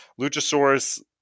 Luchasaurus